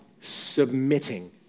submitting